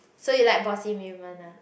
so you like bossy women ah